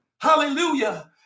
Hallelujah